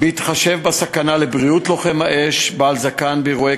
בהתחשב בסכנה לבריאות לוחם אש בעל זקן באירועי